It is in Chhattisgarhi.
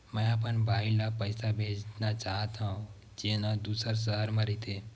मेंहा अपन भाई ला पइसा भेजना चाहत हव, जेन हा दूसर शहर मा रहिथे